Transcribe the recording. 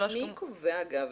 מי קובע את הריח?